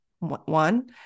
one